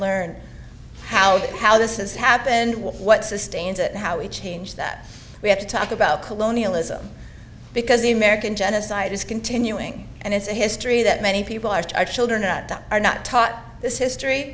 learn how the how this has happened what sustains it how we change that we have to talk about colonialism because the american genocide is continuing and it's a history that many people are children are not taught this history